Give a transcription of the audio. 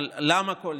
אבל למה כל זה?